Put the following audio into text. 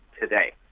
today